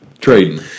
trading